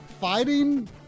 fighting